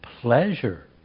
pleasure